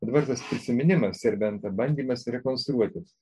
dabar tas prisiminimas serbenta bandymas rekonstruotis